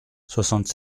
soixante